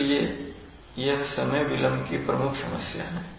इसलिए यह समय विलंब की प्रमुख समस्या है